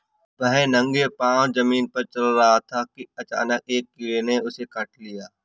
वह नंगे पांव जमीन पर चल रहा था कि अचानक एक कीड़े ने उसे काट लिया